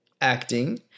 acting